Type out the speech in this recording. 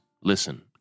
Listen